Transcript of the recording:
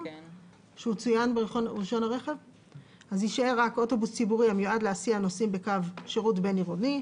אז יישאר רק: אוטובוס ציבורי המיועד להסיע נוסעים בקו שירות בין עירוני.